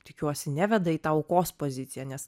tikiuosi neveda į tą aukos poziciją nes